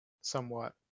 somewhat